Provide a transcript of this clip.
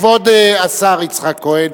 כבוד השר יצחק כהן,